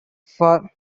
for